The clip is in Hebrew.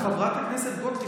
חברת הכנסת גוטליב,